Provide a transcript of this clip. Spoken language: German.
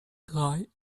drei